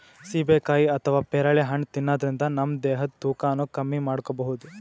ಸೀಬೆಕಾಯಿ ಅಥವಾ ಪೇರಳೆ ಹಣ್ಣ್ ತಿನ್ನದ್ರಿನ್ದ ನಮ್ ದೇಹದ್ದ್ ತೂಕಾನು ಕಮ್ಮಿ ಮಾಡ್ಕೊಬಹುದ್